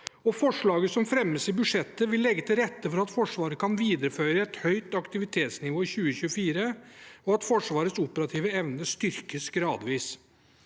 Forslaget som fremmes i budsjettet, vil legge til rette for at Forsvaret kan videreføre et høyt aktivitetsnivå i 2024, og for at Forsvarets operative evne styrkes gradvis.